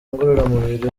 ngororamubiri